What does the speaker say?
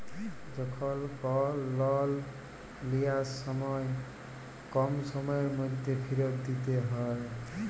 যখল কল লল লিয়ার সময় কম সময়ের ম্যধে ফিরত দিইতে হ্যয়